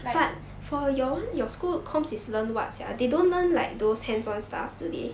like